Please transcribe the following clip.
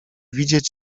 widzieć